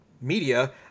media